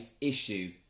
issue